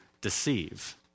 deceive